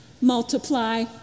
multiply